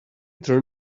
turn